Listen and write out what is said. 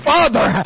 Father